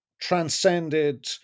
transcended